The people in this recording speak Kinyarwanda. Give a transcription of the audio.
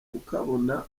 kukabona